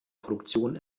produktion